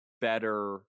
better